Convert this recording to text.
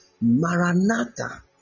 maranatha